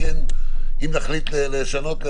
אם נחליט לשנות,